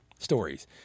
stories